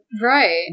Right